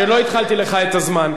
אני לא התחלתי לך את הזמן.